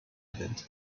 event